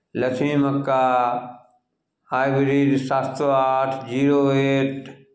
लक्ष्मी मक्का हाइब्रिड सात सए आठ जीरो एट